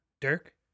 Dirk